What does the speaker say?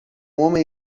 homem